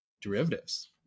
derivatives